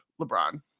LeBron